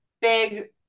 big